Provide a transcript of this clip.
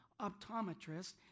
optometrist